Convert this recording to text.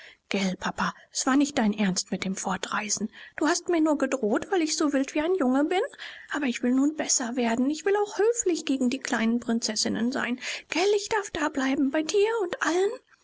gelt papa es war nicht dein ernst mit dem fortreisen du hast mir nur gedroht weil ich so wild wie ein junge bin aber ich will nun besser werden ich will auch höflich gegen die kleinen prinzessinnen sein gelt ich darf dableiben bei dir und allen